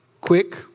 quick